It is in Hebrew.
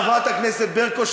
חברת הכנסת ברקו,